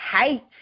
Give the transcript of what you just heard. hate